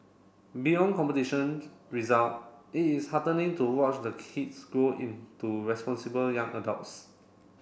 beyond competitions result it is heartening to watch the kids grow into responsible young adults